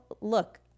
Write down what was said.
look